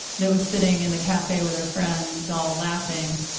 they were sitting in the cafe with their friends, all laughing.